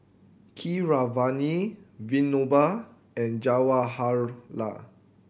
Keeravani Vinoba and Jawaharlal